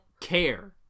care